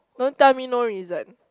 don't tell me no reason